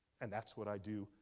and that's what i do,